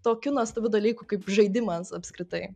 tokiu nuostabiu dalyku kaip žaidimas apskritai